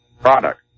product